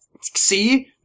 see